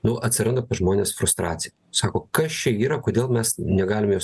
nu atsiranda pas žmones frustracija sako kas čia yra kodėl mes negalim jos